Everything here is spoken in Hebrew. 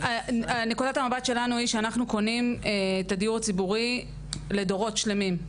נקודת המבט שלנו היא שאנחנו קונים את הדיור הציבורי לדורות שלמים,